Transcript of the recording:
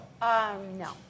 no